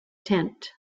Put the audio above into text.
tent